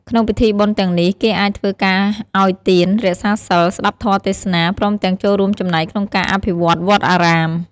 ក្នុងពិធីបុណ្យទាំងនេះ គេអាចធ្វើការឱ្យទាន រក្សាសីល ស្ដាប់ធម៌ទេសនា ព្រមទាំងចូលរួមចំណែកក្នុងការអភិវឌ្ឍន៍វត្តអារាម។